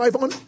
on